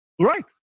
right